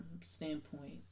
standpoint